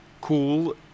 cool